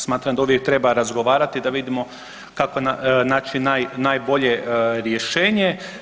Smatram da uvijek treba razgovarati da vidimo kako naći najbolje rješenje.